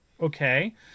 okay